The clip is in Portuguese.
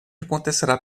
acontecerá